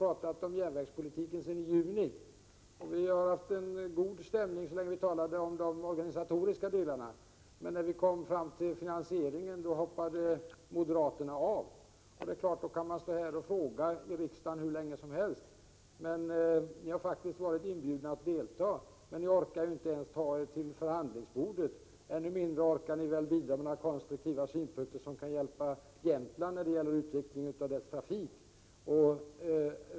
Vi har pratat om järnvägspolitiken sedan juli månad. Vi hade en god stämning så länge vi talade om de organisatoriska delarna, men när vi TREE VE z regu je kom fram till finansieringen hoppade moderaterna av. Det är klart att man då Fa BApON tiskt instrument kan stå här i riksdagen och fråga hur länge som helst. Men ni har faktiskt varit inbjudna att delta i diskussionerna, men ni orkar inte ens ta er till förhandlingsbordet. Ännu mindre orkar ni väl driva några konstruktiva synpunkter som kan hjälpa Jämtland med utvecklingen av dess trafik.